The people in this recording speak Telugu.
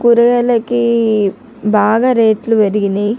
కూరగాయలకి బాగా రేట్లు పెరిగినాయి